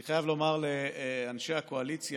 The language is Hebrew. אני חייב לומר לאנשי הקואליציה,